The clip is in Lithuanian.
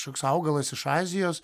kažkoks augalas iš azijos